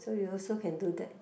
so you also can do that